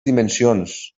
dimensions